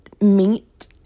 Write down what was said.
meat